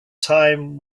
time